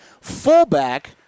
fullback